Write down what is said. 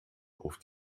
auf